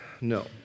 No